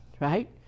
right